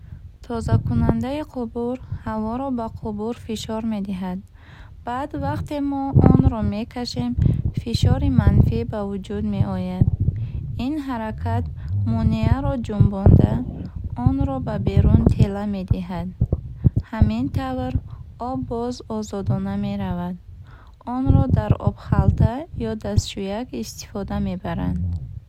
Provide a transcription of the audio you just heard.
Тозакунандаи қубур ҳаворо ба қубур фишор медиҳад. Баъд вақте мо онро мекашем, фишори манфӣ ба вуҷуд меояд. Ин ҳаракат монеаро ҷунбонда, онро ба берун тела медиҳад. Ҳамин тавр, об боз озодона меравад. Онро дар обхалта ё дастшӯяк истифода мебаранд.